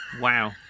Wow